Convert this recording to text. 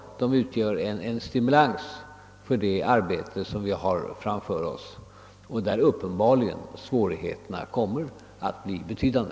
De utgör en stimulans för det arbete som vi har framför oss, där uppenbarligen svårigheterna kommer att bli betydande.